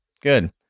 Good